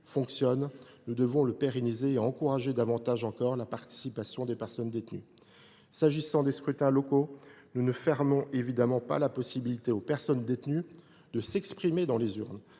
fonctionne. Nous devons le pérenniser et encourager davantage encore la participation des personnes détenues à ces scrutins. Pour les scrutins locaux, nous ne souhaitons évidemment pas supprimer la possibilité pour les personnes détenues de s’exprimer dans les urnes.